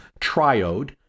triode